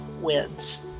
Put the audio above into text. wins